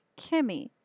Kimmy